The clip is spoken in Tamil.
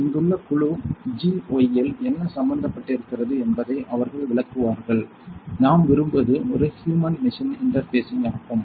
இங்குள்ள குழு g y ல் என்ன சம்பந்தப்பட்டிருக்கிறது என்பதை அவர்கள் விளக்குவார்கள் நாம் விரும்புவது ஒரு ஹியூமன் மெசின் இன்டர்பேஸிங் ஆகும்